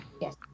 Yes